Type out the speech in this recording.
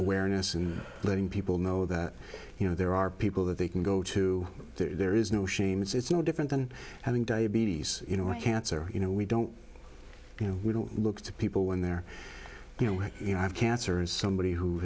awareness and letting people know that you know there are people that they can go to there is no shame it's no different than having diabetes you know cancer you know we don't you know we don't look to people when they're you know when you have cancer as somebody who